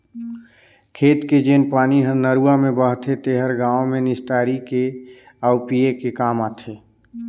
खेत के जेन पानी हर नरूवा में बहथे तेहर गांव में निस्तारी के आउ पिए के काम आथे